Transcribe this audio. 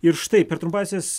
ir štai per trumpąsias